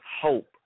hope